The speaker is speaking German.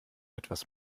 etwas